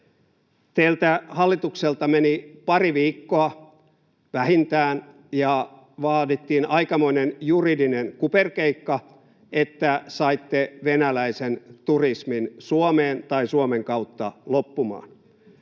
Teiltä hallitukselta meni pari viikkoa vähintään, ja vaadittiin aikamoinen juridinen kuperkeikka, että saitte venäläisen turismin Suomeen tai Suomen kautta loppumaan.